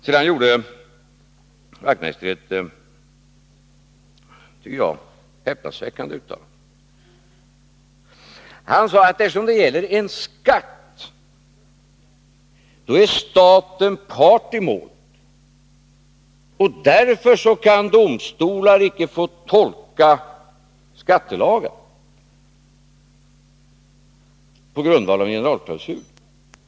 Sedan gjorde Knut Wachtmeister ett som jag tycker häpnadsväckande uttalande. Han sade att eftersom det gäller en skatt är staten part i målet, och därför kan domstolar icke få tolka skattelagar på grundval av en generalklausul.